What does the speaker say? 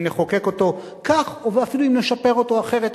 אם נחוקק אותו כך ואפילו אם נשפר אותו אחרת,